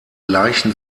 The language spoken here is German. leichen